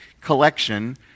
collection